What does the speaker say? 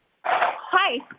Hi